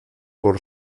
por